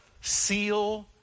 seal